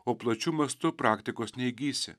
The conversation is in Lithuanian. o plačiu mastu praktikos neįgysi